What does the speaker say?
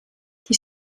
die